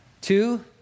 Two